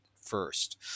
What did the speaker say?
first